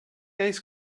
ice